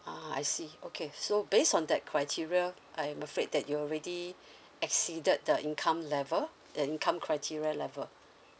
ah I see okay so based on that criteria I'm afraid that you already exceeded the income level the income criteria level